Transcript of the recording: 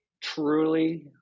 truly